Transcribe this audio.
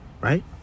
right